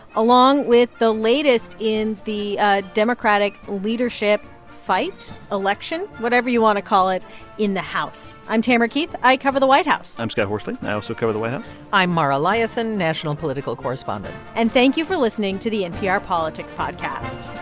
along with the latest in the ah democratic leadership fight election whatever you want to call it in the house. i'm tamara keith. i cover the white house i'm scott horsley. i also cover the white house i'm mara liasson, national political correspondent and thank you for listening to the npr politics podcast